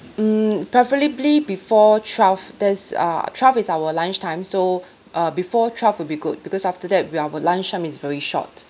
mm preferably before twelve that's uh twelve is our lunchtime so uh before twelve will be good because after that we our lunch time is very short